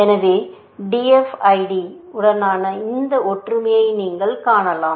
எனவே DFID உடனான இந்த ஒற்றுமையை நீங்கள் காணலாம்